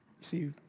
See